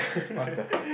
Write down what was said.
what the heck